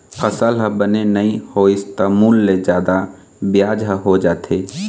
फसल ह बने नइ होइस त मूल ले जादा बियाज ह हो जाथे